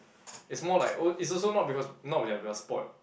it's more like oh it's also not because not that we are spoilt [what]